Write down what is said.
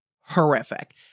horrific